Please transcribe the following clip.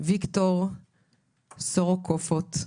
ויקטור סורוקופוט,